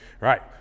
Right